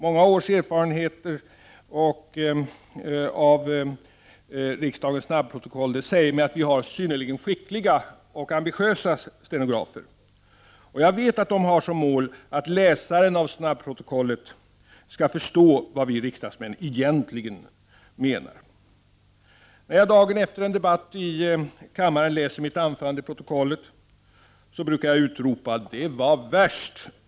Många års erfarenhet av riksdagens snabbprotokoll säger mig att vi har synnerligen skickliga och ambitiösa stenografer. Jag vet att de har som mål att läsaren av snabbprotokollet skall förstå vad vi riksdagsmän egentligen menar. När jag dagen efter en debatt i kammaren läser mitt anförande i protokollet brukar jag utropa: Det var värst!